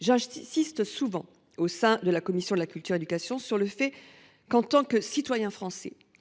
J’insiste souvent, au sein de la commission de la culture et de l’éducation, sur le fait que, en tant que citoyens français,